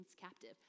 captive